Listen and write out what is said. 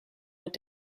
mit